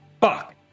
fuck